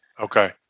Okay